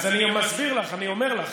אז אני מסביר לך, אני אומר לך.